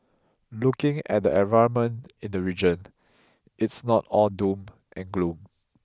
looking at the environment in the region it's not all doom and gloom